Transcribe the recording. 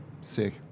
Sick